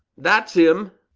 that's him.